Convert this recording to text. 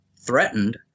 threatened